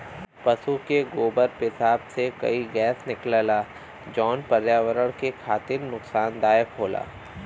पसु के गोबर पेसाब से कई गैस निकलला जौन पर्यावरण के खातिर नुकसानदायक होला